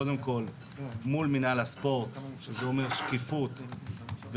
קודם כול מול מינהל הספורט שזה אומר שקיפות ושינויים